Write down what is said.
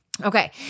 Okay